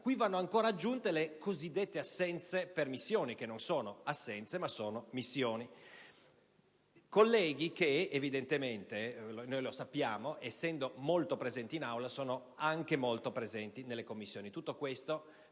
cui vanno ancora aggiunte le cosiddette assenze per missioni, che non sono assenze ma appunto missioni. Si tratta di colleghi che evidentemente, noi lo sappiamo, essendo molto presenti in Aula, sono anche molto presenti nelle Commissioni.